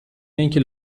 اینکه